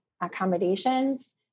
accommodations